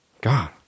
God